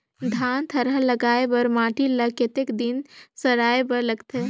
धान थरहा लगाय बर माटी ल कतेक दिन सड़ाय बर लगथे?